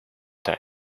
time